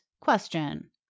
question